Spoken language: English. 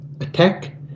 attack